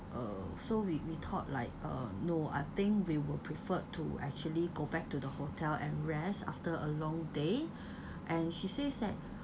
uh so we we thought like uh no I think we would prefer to actually go back to the hotel and rest after a long day and she says that